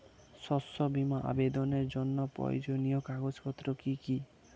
শস্য বীমা আবেদনের জন্য প্রয়োজনীয় কাগজপত্র কি কি?